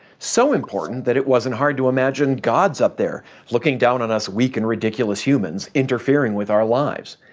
so important that it wasn't hard to imagine gods up there, looking down on us weak and ridiculous humans, interfering with our lives.